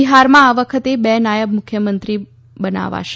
બિહારમાં આ વખતે બે નાયબ મુખ્યમંત્રી બનાવાશે